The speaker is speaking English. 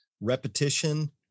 repetition